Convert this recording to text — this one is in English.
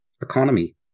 economy